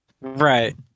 Right